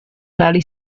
fairly